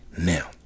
now